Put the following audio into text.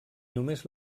només